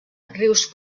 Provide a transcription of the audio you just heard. rius